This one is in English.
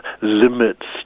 limits